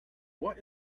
what